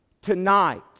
Tonight